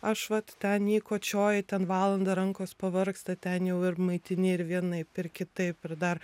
aš vat ten jį kočioji ten valandą rankos pavargsta ten jau ir maitini ir vienaip ir kitaip ir dar